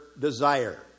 desire